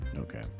okay